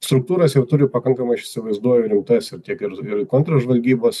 struktūras jau turi pakankamai aš įsivaizduoju rimtas ir tiek ir ir kontržvalgybos